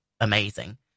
amazing